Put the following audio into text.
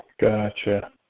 Gotcha